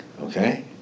okay